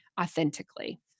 authentically